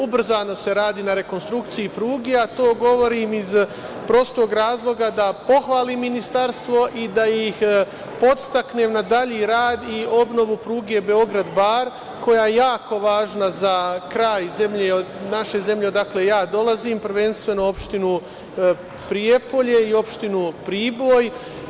Ubrzano se radi na rekonstrukciji pruge, a to govorim iz prostog razloga da pohvalim ministarstvo i da ih podstaknem na dalji rad i obnovu pruge Beograd-Bar koja je jako važna kraj naše zemlje, odakle dolazim, prvenstveno opštinu Prijepolje i opštinu Priboj.